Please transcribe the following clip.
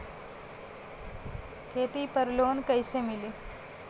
खेती पर लोन कईसे मिली?